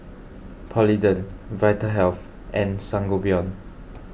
Polident Vitahealth and Sangobion